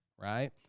right